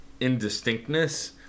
indistinctness